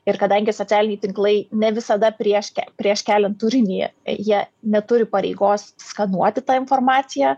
ir kadangi socialiniai tinklai ne visada prieš prieš keliant turinį jie neturi pareigos skanuoti tą informaciją